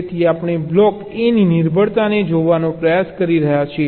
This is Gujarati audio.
તેથી આપણે બ્લોક A ની નિર્ભરતાને જોવાનો પ્રયાસ કરી રહ્યા છીએ